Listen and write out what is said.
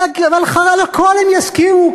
על הכול הם יסכימו,